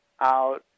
out